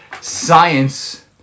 Science